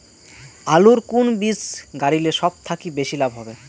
আলুর কুন বীজ গারিলে সব থাকি বেশি লাভ হবে?